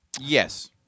Yes